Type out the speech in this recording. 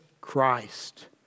Christ